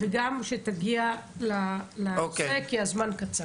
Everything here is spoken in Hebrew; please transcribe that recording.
וגם כדי שתגיע לנושא, כי הזמן קצר.